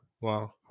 Wow